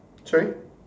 sorry